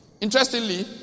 Interestingly